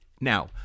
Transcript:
Now